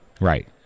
Right